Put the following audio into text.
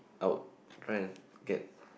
I would try and get